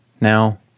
Now